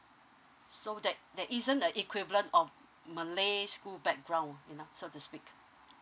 so that that isn't a equivalent of malay school background you know so to speak